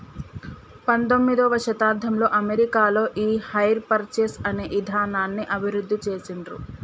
పంతొమ్మిదవ శతాబ్దంలో అమెరికాలో ఈ హైర్ పర్చేస్ అనే ఇదానాన్ని అభివృద్ధి చేసిండ్రు